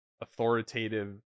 authoritative